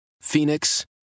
Phoenix